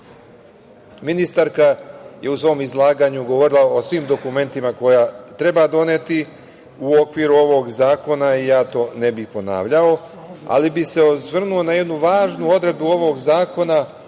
godine. Ministarka je u svom izlaganju govorila o svim dokumentima koja treba doneti u okviru ovog zakona i ja to ne bih ponavljao, ali bih se osvrnuo na jednu važnu odredbu ovog zakona